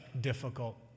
difficult